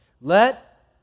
Let